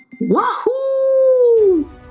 Wahoo